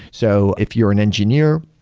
so if you're an engineer,